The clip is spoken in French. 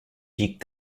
pique